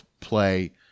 play